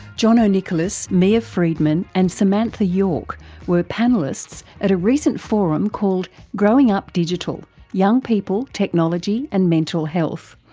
jono nicholas, mia freedman and samantha yorke were panellists at a recent forum called growing up digital young people, technology and mental health.